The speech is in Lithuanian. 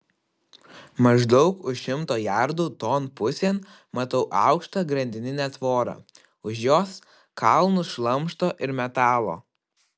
maždaug už šimto jardų ton pusėn matau aukštą grandininę tvorą už jos kalnus šlamšto ir metalo